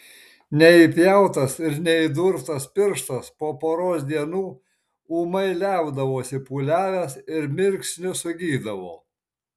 neįpjautas ir neįdurtas pirštas po poros dienų ūmai liaudavosi pūliavęs ir mirksniu sugydavo